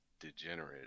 degenerate